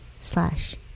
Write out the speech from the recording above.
slash